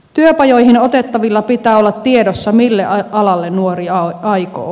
työpajoihin otettavilla pitää olla tiedossa mille alalle nuori aikoo